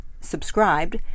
subscribed